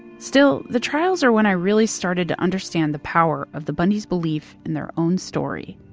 still, the trials are when i really started to understand the power of the bundys' belief in their own story.